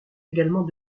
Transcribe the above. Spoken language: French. également